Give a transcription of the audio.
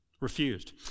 Refused